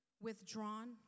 withdrawn